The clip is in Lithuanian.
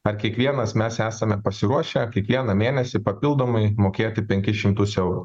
ar kiekvienas mes esame pasiruošę kiekvieną mėnesį papildomai mokėti penkis šimtus eurų